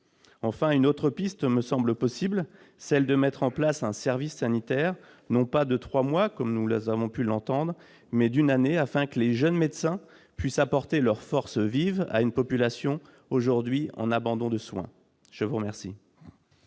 Enfin, une autre piste semble possible : mettre en place un service sanitaire, non pas de trois mois, comme nous avons pu l'entendre, mais d'une année, afin que les jeunes médecins puissent apporter leurs forces vives à une population aujourd'hui en abandon de soins. La parole